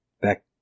Back